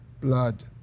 blood